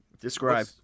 Describe